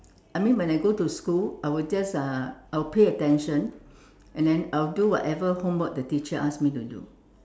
I mean when I go to school I will just uh I will pay attention and then I will do whatever homework the teacher asked me to do